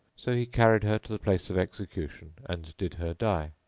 so he carried her to the place of execution and did her die.